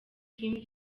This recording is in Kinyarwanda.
kim